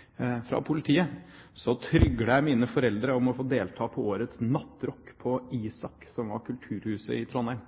fra politiet på ungdomsskolen, tryglet jeg mine foreldre om å få delta på årets nattrock på ISAK, som er kultursenteret i Trondheim.